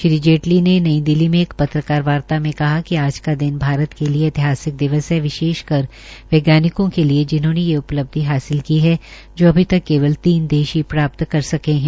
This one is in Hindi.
श्री जेटली ने नई दिल्ली में पत्रकार वार्ता में कहा कि आज का दिन भारत के लिये ऐतिहासिक दिवस है विशेषकर वैज्ञानिकों के लिये जिन्होंने ये उपलब्धि हासिल की है जो अभी तक केवल तीन देश ही प्राप्त कर सके है